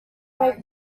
make